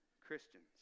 Christians